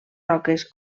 roques